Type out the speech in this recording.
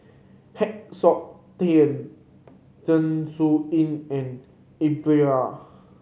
Heng Siok Tian Zeng Shouyin and